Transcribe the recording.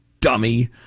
Dummy